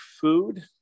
food